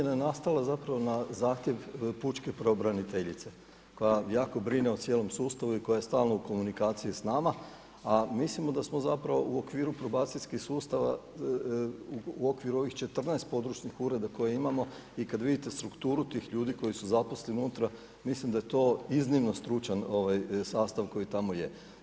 Ova promjena nastala zapravo na zahtjev pučke pravobraniteljice koja jako brine o cijelom sustavu i koja stalno u komunikaciji sa nama, a mislimo da smo u okviru probacijskih sustava u okviru ovih 14 područnih ureda koje imamo i kad vidite strukturu tih ljudi koji su zaposleni unutra mislim da je to iznimno stručan sastav koji tamo je.